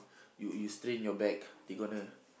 you you strain your back they gonna